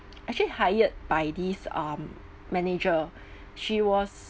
actually hired by this um manager she was